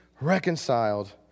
reconciled